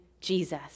Jesus